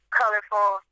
colorful